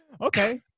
Okay